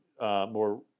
more